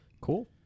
Cool